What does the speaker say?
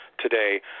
today